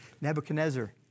Nebuchadnezzar